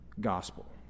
gospel